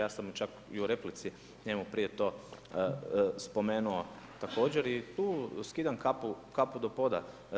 Ja sam joj čak i u replici, njemu prije to spomenuo, također i tu skidam kapu do poda.